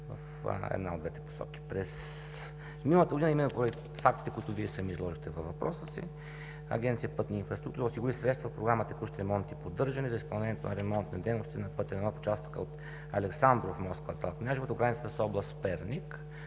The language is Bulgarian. в една от двете посоки. През миналата година, именно поради фактите, които Вие самият изложихте във въпроса си, Агенция „Пътна инфраструктура“ осигури средства по Програма „Текущи ремонти и поддържане“ за изпълнението на ремонтни дейности на път I-1 в участъка от Александров мост в кв. „Княжево“ до границата с област Перник,